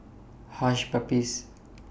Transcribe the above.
Hush Puppies